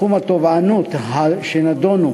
בעבר סכום התובענות שנדונו